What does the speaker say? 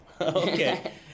Okay